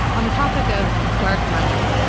on the topic of dark money,